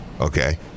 Okay